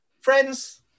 Friends